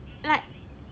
like